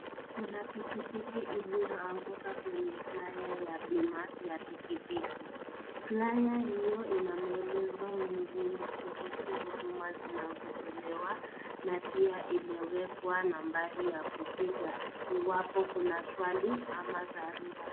Kuna pikipiki iliyoanguka kwenye flyer ya bima ya pikipiki. Flyer hiyo ina maelezo muhimu kuhusu huduma zinazotolewa na pia imewekwa nambari ya kupiga iwapo kuna swali ama dharura.